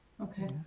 Okay